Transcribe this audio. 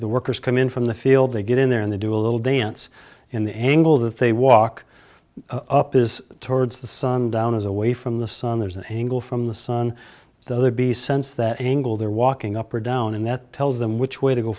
the workers come in from the field they get in there and they do a little dance in the angle that they walk up is towards the sun down is away from the sun there's an angle from the sun the other be sense that angle they're walking up or down and that tells them which way to go